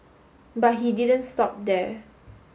but he didn't stop there